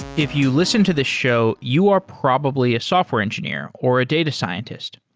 if you listen to this show, you are probably a software engineer or a data scientist.